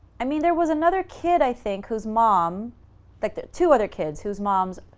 i mean there was another kid i think who's mom, like that two other kids whose moms